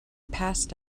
passed